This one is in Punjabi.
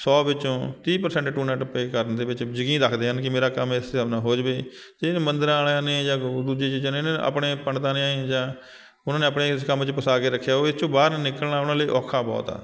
ਸੌ ਵਿੱਚੋਂ ਤੀਹ ਪ੍ਰਸੈਂਟ ਟੂਣਾ ਟੱਪੇ ਕਰਨ ਦੇ ਵਿੱਚ ਯਕੀਨ ਰੱਖਦੇ ਹਨ ਕਿ ਮੇਰਾ ਕੰਮ ਇਸੇ ਹਿਸਾਬ ਨਾਲ ਹੋ ਜਾਵੇ ਜੇ ਮੰਦਰਾਂ ਵਾਲਿਆਂ ਨੇ ਜਾਂ ਦੂਜੇ ਚੀਜ਼ਾਂ ਨੇ ਇਹਨਾਂ ਆਪਣੇ ਪੰਡਤਾਂ ਨੇ ਜਾਂ ਉਹਨਾਂ ਨੇ ਆਪਣੇ ਇਸ ਕੰਮ 'ਚ ਫਸਾ ਕੇ ਰੱਖਿਆ ਉਹ ਇਹ 'ਚੋਂ ਬਾਹਰ ਨਿਕਲਣਾ ਉਹਨਾਂ ਲਈ ਔਖਾ ਬਹੁਤ ਆ